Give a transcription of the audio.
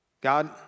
God